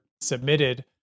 submitted